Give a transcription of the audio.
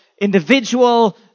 individual